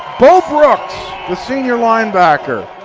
bo brooks the senior linebacker,